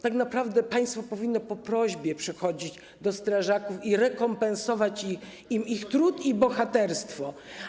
Tak naprawdę państwo powinno po prośbie przychodzić do strażaków i rekompensować im ich trud i bohaterstwo.